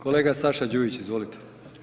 Kolega Saša Đujić, izvolite.